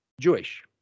Jewish